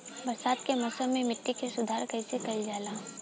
बरसात के मौसम में मिट्टी के सुधार कइसे कइल जाई?